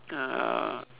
uh